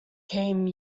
came